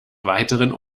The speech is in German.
weiteren